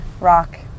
rock